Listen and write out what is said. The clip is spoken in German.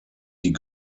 die